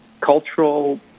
cultural